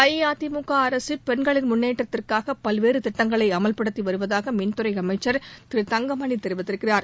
அஇஅதிமுக அரசு பெண்களின் முன்னேற்றத்திற்காக பல்வேறு திட்டங்களை அமல்படுத்தி வருவதாக மின்துறை அமைச்சர் திரு தங்கமணி தெரிவித்திருக்கிறார்